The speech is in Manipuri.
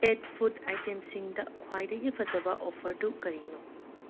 ꯄꯦꯠ ꯐꯨꯠ ꯑꯥꯏꯇꯦꯝꯁꯤꯡꯗ ꯈ꯭ꯋꯥꯏꯗꯒꯤ ꯐꯖꯕ ꯑꯣꯐꯔꯗꯨ ꯀꯔꯤꯅꯣ